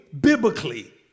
biblically